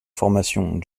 formation